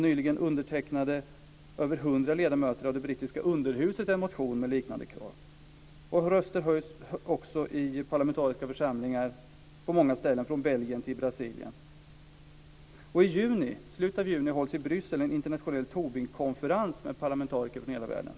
Nyligen undertecknade över hundra ledamöter av det brittiska underhuset en motion med liknande krav. Röster höjs också i parlamentariska församlingar på många håll - I slutet av juni hålls i Bryssel en internationell Tobinkonferens med parlamentariker från hela världen.